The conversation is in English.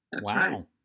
wow